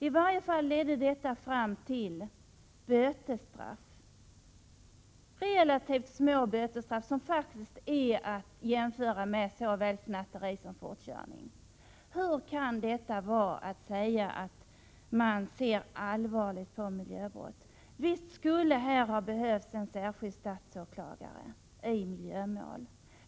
I varje fall blev det relativt små bötesstraff, som faktiskt är att jämföra med påföljden för snatteri och fortkörning. Hur kan det då sägas att man ser allvarligt på miljöbrott? Visst skulle det ha behövts en särskild statsåklagare i miljömål.